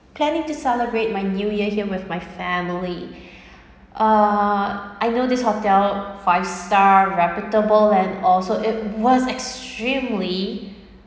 planning to celebrate my new year here with my family uh I know this hotel five star reputable and also it was extremely